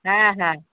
হ্যাঁ হ্যাঁ